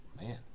man